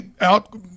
out